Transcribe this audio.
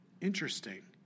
interesting